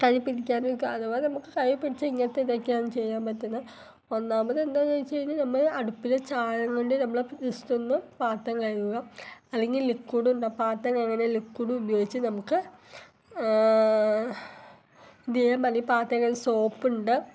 കരിപിടിക്കാതക്കെ അഥവ നമുക്ക് കൈപിടിച്ച ഇങ്ങൻത്തിതക്കെയാണ് ചെയ്യാൻ പറ്റുക ഒന്നാമത് എന്താന്ന്ഞ്ഞവെച്ച് കഴിഞ്ഞാൽ അടുപ്പിലെ ചായകൊണ്ട് നമ്മൾ ജെസ്റ്റൊന്ന് പാത്രം കഴുകുക അല്ലെങ്കിൽ ലിക്വിഡും പാത്രങ്കയ്കാന ലിക്കുഡുപയോഗിച്ച് നമുക്ക് ദിയേമാരി പാത്രം കഴുകണ സോപ്പുണ്ട്